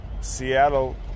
Seattle